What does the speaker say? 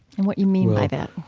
and what you mean by that?